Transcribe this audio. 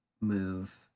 move